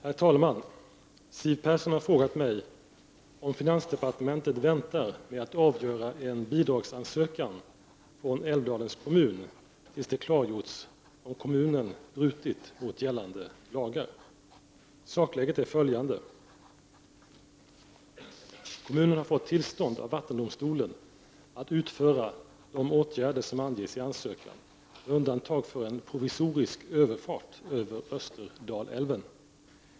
Herr talman! Siw Persson har frågat mig om finansdepartementet väntar med att avgöra en bidragsansökan från Älvdalens kommun tills det klargjorts om kommunen brutit mot gällande lagar. Sakläget är följande: - Kommunen har fått tillstånd av vattendomstolen att utföra de åtgärder som anges i ansökan med undantag för en provisorisk överfart över Österdalälven.